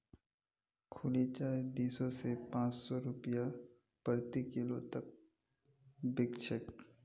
खुली चाय दी सौ स पाँच सौ रूपया प्रति किलो तक बिक छेक